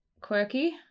quirky